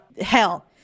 hell